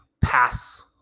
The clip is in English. pass